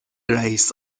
رئیس